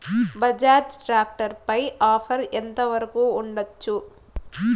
Bajaj tractor పై offer ఎంత వరకు ఉండచ్చు?